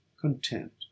Content